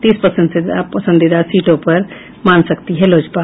तीस पसंदीदा सीटों पर मान सकती है लोजपा